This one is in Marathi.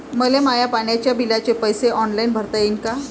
मले माया पाण्याच्या बिलाचे पैसे ऑनलाईन भरता येईन का?